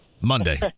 Monday